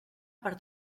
per